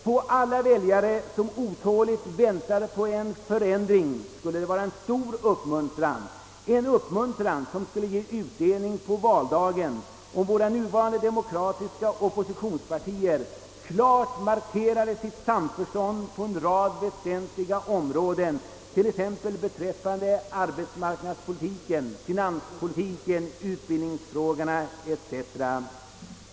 För alla väljare, som otåligt väntar på en förändring, skulle det vara en stor uppmuntran som skulle ge utdelning på valdagen, om våra nuvarande demokratiska oppositionspartier klart deklarerade sitt samförstånd på en rad väsentliga områden, t.ex. beträffande arbetsmarknadspolitiken, finanspolitiken, utbildningsfrågorna etc.